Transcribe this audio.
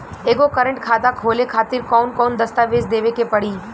एगो करेंट खाता खोले खातिर कौन कौन दस्तावेज़ देवे के पड़ी?